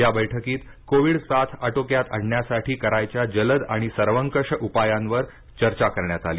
या बैठकीत कोविड साथ आटोक्यात आणण्यासाठी करायच्या जलद आणि सर्वंकष उपायांवर चर्चा करण्यात आली